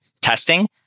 testing